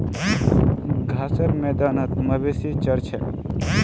घासेर मैदानत मवेशी चर छेक